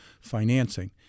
financing